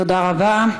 תודה רבה.